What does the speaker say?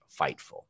fightful